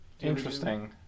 Interesting